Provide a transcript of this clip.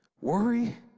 worry